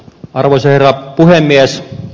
arvoisa herra puhemies